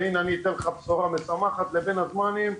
וכבר אני אתן לך בשורה משמחת ל'בין הזמנים':